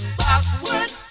backward